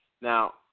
Now